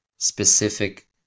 specific